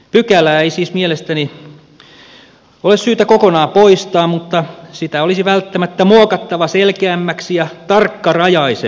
pykälää ei siis mielestäni ole syytä kokonaan poistaa mutta sitä olisi välttämättä muokattava selkeämmäksi ja tarkkarajaisemmaksi